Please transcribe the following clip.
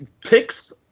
picks